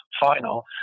final